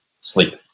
sleep